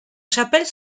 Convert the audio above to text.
chapelle